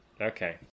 Okay